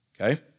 Okay